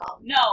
No